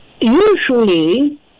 usually